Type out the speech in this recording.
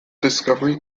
discovery